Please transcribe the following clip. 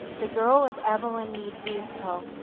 the girl is evelyn niedziezko,